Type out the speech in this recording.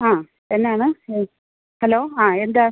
ആ എന്നാണ് ഹലോ ആ എന്താ